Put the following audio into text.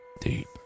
Deep